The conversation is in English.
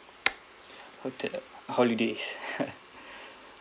hotel holidays